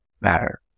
matter